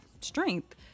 strength